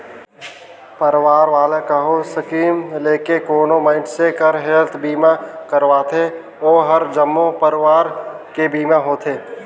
परवार वाला कहो स्कीम लेके कोनो मइनसे हर हेल्थ बीमा करवाथें ओ हर जम्मो परवार के बीमा होथे